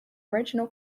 original